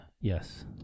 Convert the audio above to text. Yes